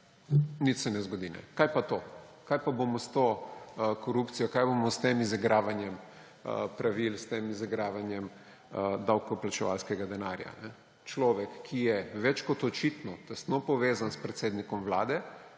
Nič se ne zgodi. Kaj pa to? Kaj pa bomo s to korupcijo, kaj bomo s tem izigravanjem pravil, s tem izigravanjem davkoplačevalskega denarja? Človek, ki je več kot očitno tesno povezan s predsednikom Vlade,